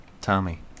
Tommy